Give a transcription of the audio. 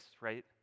Right